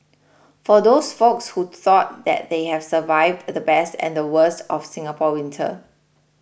for those folks who thought that they have survived the best and the worst of Singapore winter